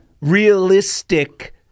realistic